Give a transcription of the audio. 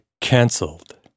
cancelled